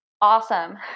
awesome